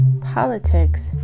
Politics